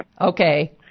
Okay